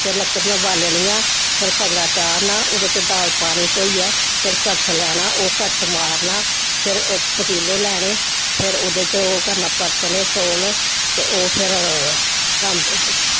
फिर लक्कड़ियां बालनियां फिर सगला चाढ़ना ओह्दे च दाल पानी धोइयै फिर कड़श लैना ओह् कड़श मारना फिर पतीले लैने फिर ओह्दे च ओह् करना परतने चौल ते ओह् फिर